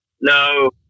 No